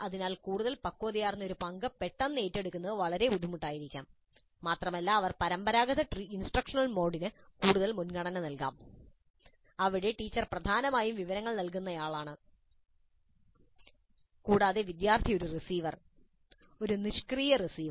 അതിനാൽ കൂടുതൽ പക്വതയാർന്ന ഒരു പങ്ക് പെട്ടെന്ന് ഏറ്റെടുക്കുന്നത് വളരെ ബുദ്ധിമുട്ടായിരിക്കാം മാത്രമല്ല അവർ ഒരു പരമ്പരാഗത ഇൻസ്ട്രക്ഷണൽ മോഡിന് മുൻഗണന നൽകാം അവിടെ ടീച്ചർ പ്രധാനമായും വിവരങ്ങൾ നൽകുന്നയാളാണ് കൂടാതെ വിദ്യാർത്ഥി ഒരു റിസീവർ ഒരു നിഷ്ക്രിയ റിസീവർ